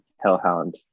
hellhound